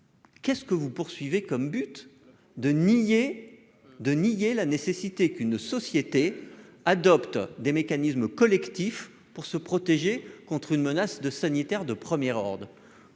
Qu'est-ce que vous poursuivez comme but de nier de nier la nécessité qu'une société adoptent des mécanismes collectifs pour se protéger contre une menace de sanitaire de premier ordre,